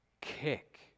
kick